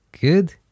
Good